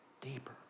deeper